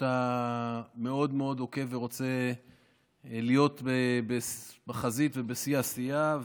אתה מאוד מאוד עוקב ורוצה להיות בחזית ובשיא העשייה.